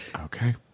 okay